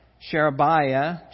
Sherebiah